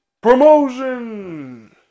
promotion